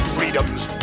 Freedom's